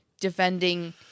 defending